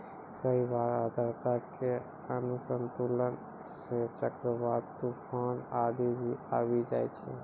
कई बार आर्द्रता के असंतुलन सं चक्रवात, तुफान आदि भी आबी जाय छै